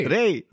Ray